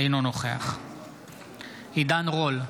אינו נוכח עידן רול,